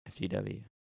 FDW